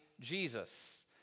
Jesus